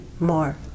more